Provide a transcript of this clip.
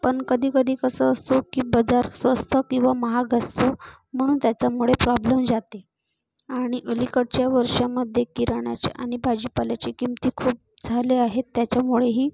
पण कधी कधी कसं असतं की बाजार स्वस्त किंवा महाग असतो म्हणून त्याच्यामुळे प्रॉब्लेम जाते आणि अलीकडच्या वर्षामध्ये किराणाचा आणि भाजीपाल्याची किमती खूप झाल्या आहेत त्याच्यामुळेही